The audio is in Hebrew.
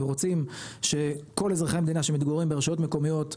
ואנחנו רוצים שכל אזרחי המדינה שמתגוררים ברשויות מקומיות,